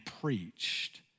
preached